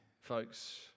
folks